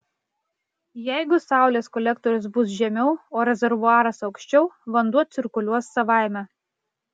jeigu saulės kolektorius bus žemiau o rezervuaras aukščiau vanduo cirkuliuos savaime